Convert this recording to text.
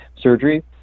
surgery